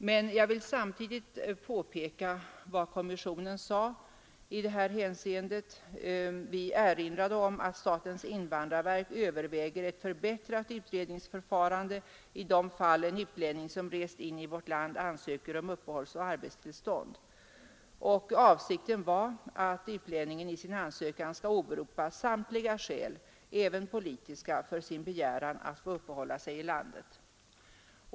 Men samtidigt vill jag peka på vad kommissionen sade i det avseendet. Vi erinrade om att statens invandrarverk överväger ett förbättrat utredningsförfarande i de fall en utlänning som rest in i vårt land ansöker om uppehållsoch arbetstillstånd. Avsikten var att sådan utlänning i sin ansökan skall åberopa samtliga skäl, även politiska, för sin begäran att få uppehålla sig i landet.